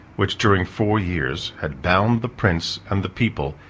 which during four years had bound the prince and the people,